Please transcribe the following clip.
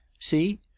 see